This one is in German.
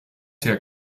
der